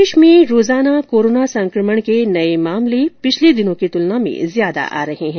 प्रदेश में रोजाना कोरोना संक्रमण के नए मामले पिछले दिनों की तुलना में ज्यादा आ रहे हैं